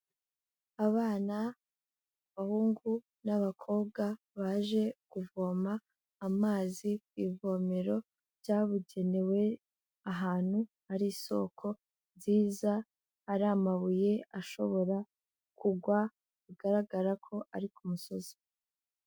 Abana abahungu n'abakobwa baje kuvoma amazi ku ivomero byabugenewe, ahantu hari isoko nziza, hari amabuye ashobora kugwa bigaragara ko ari ku musozi.